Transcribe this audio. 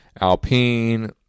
Alpine